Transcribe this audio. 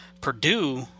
Purdue